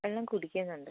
വെള്ളം കുടിക്കുന്നുണ്ട്